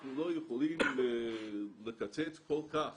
אנחנו לא יכולים לקצץ כל כך